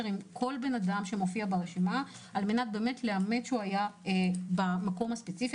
עם כל אדם ברשימה כדי לאמת שהוא היה במקום הספציפי.